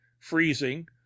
freezing